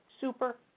Super